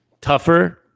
tougher